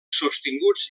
sostinguts